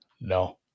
No